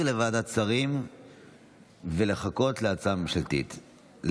לוועדת שרים ולחכות להצעה הממשלתית,